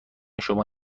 شما